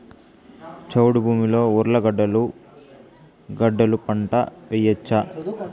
చౌడు భూమిలో ఉర్లగడ్డలు గడ్డలు పంట వేయచ్చా?